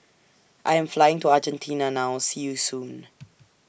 I Am Flying to Argentina now See YOU Soon